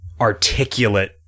articulate